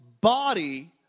body